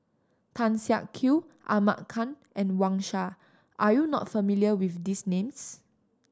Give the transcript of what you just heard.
Tan Siak Kew Ahmad Khan and Wang Sha are you not familiar with these names